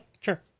sure